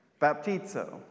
Baptizo